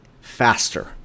faster